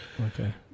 okay